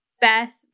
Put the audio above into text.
best